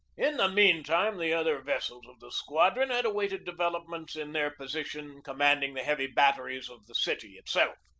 in the meantime the other vessels of the squadron had awaited developments in their position command ing the heavy batteries of the city itself.